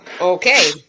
Okay